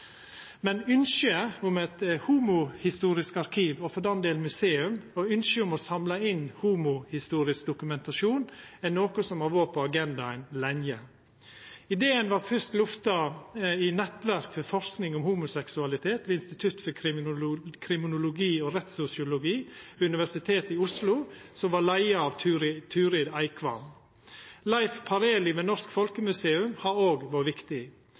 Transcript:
om eit homohistorisk arkiv, og for den del museum, og ynsket om å samla inn homohistorisk dokumentasjon, er noko som har vore på agendaen lenge. Ideen vart fyrst lufta i Nettverk for forsking om homoseksualitet ved Institutt for kriminologi og rettssosiologi ved Universitetet i Oslo, leia av Turid Eikvam. Leif Pareli ved Norsk Folkemuseum har òg vore viktig.